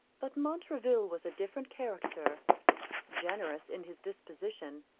but montraville was a different character generous in his disposition,